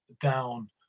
down